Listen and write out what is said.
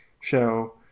show